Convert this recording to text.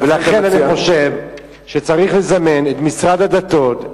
ולכן אני חושב שצריך לזמן את משרד הדתות,